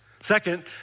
Second